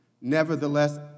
Nevertheless